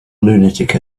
lunatic